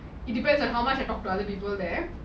it depends on how much I talk to other people there